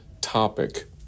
topic